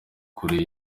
kure